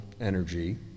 energy